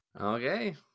Okay